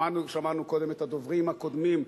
שמענו קודם את הדוברים הקודמים,